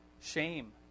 Shame